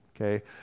okay